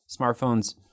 smartphones